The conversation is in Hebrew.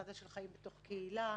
פסאדה של חיים בתוך קהילה,